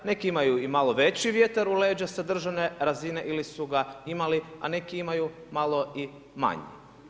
Neki imaju i malo veći vjetar u leđa sa državne razine ili su ga imali, a neki imaju malo i manji.